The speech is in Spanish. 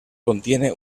contiene